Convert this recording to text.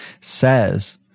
says